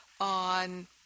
on